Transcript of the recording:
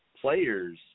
players